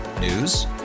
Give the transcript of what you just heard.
News